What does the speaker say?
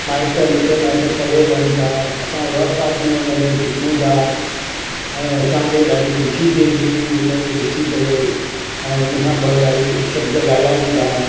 माइट मिट माइट परे रहनि था असां में हुनखे ॾिसूं था ऐं असांखे ॾाढी ख़ुशी थिए थी हुनखे ॾिसी करे ऐं हुन खां ॿ ॻाल्हि शब्द ॻाल्हायूं था